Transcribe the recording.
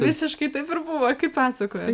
visiškai taip buvo kaip pasakoje